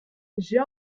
j’ai